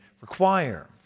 require